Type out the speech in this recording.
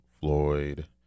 Floyd